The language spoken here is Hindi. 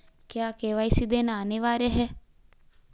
क्या के.वाई.सी देना अनिवार्य है?